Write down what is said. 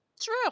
True